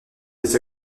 des